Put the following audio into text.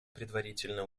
предварительно